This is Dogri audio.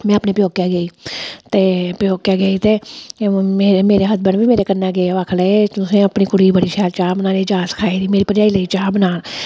में अपने प्यौके गेई ते प्यौके गेई ते ओह् मेरे मेरे हसबैंड बी मेरे कन्नै गे ओह् आखन लगे तुसें अपनी कुड़ी गी बड़ी शैल चाह् बनाने दी जाच सखाई दी मेरी भरजाई लगी चाह् बनान